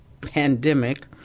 pandemic